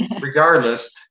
Regardless